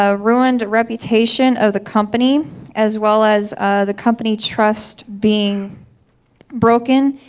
ah ruined reputation of the company as well as the company trust being broken,